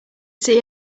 see